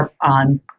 on